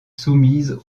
soumise